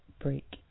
break